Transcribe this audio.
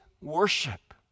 worship